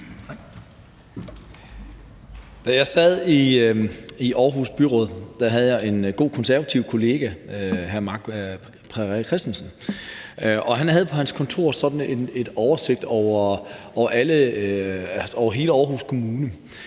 Da jeg sad i Aarhus Byråd, havde jeg en god konservativ kollega, hr. Marc Perera Christensen. Han havde på sit kontor sådan en oversigt over hele Aarhus Kommune.